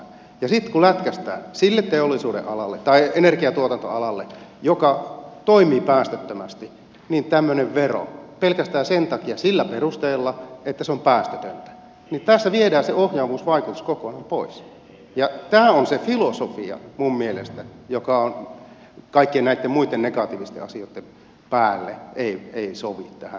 ja sitten kun lätkäistään sille teollisuudenalalle tai energiantuotantoalalle joka toimii päästöttömästi tämmöinen vero pelkästään sillä perusteella että se on päästötöntä niin tässä viedään se ohjaavuusvaikutus kokonaan pois ja tämä on minun mielestäni se filosofia joka kaikkien näitten muitten negatiivisten asioitten päälle ei sovi tähän